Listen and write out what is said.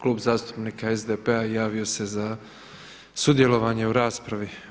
Klub zastupnika SDP-a javio se za sudjelovanje u raspravi.